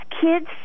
kids